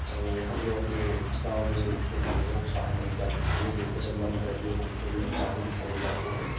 और हम लोग अपने गाँव में खेलते हैं बाहर नहीं जाते खेलने जैसे अगर मन कर दिया तो खेल बाहर भी चले जाते हैं